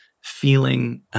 feeling